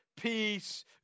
Peace